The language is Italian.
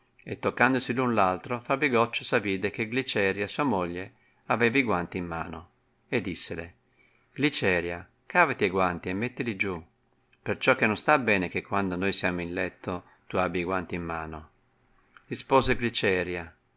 e toccandosi l'altro fa bigoccio s avide che gliceria sua moglie aveva i guanti in mano e dissele gliceria cavati e guanti e mettili giù perciò che non sta bene che quando noi siamo in letto tu abbi i guanti in mano rispose gliceria